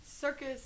circus